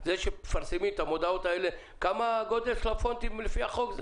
זה שמפרסמים את המודעות האלה מה גודל הפונטים לפי החוק?